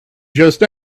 just